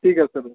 ঠিক আছে